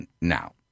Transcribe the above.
Now